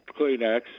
Kleenex